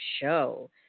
show